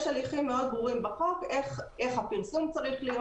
יש הליכים ברורים מאוד בחוק איך הפרסום צריך להיות.